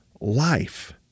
life